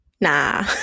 nah